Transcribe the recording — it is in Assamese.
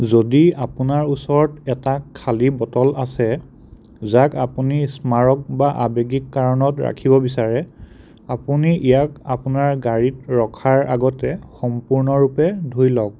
যদি আপোনাৰ ওচৰত এটা খালী বটল আছে যাক আপুনি স্মাৰক বা আৱেগিক কাৰণত ৰাখিব বিচাৰে আপুনি ইয়াক আপোনাৰ গাড়ীত ৰখাৰ আগতে সম্পূৰ্ণৰূপে ধুই লওক